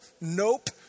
nope